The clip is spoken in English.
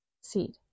seed